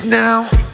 now